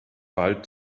bald